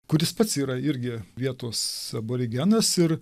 kuris pats yra irgi vietos aborigenas ir